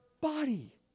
body